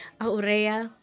Aurea